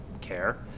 care